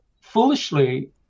foolishly